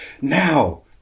Now